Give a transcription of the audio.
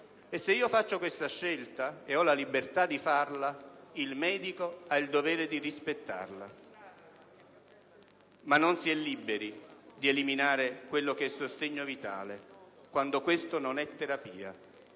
E se compio una scelta simile, ed ho la libertà di farla, il medico ha il dovere di rispettarla. Ma non si è liberi di eliminare quello che è sostegno vitale, quando questo non è terapia,